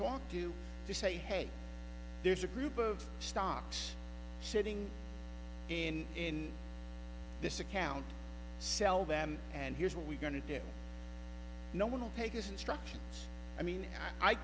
talk to you to say hey there's a group of stocks sitting in this account sell them and here's what we're going to do no one will take this instruction i mean i